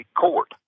court